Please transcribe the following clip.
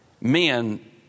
men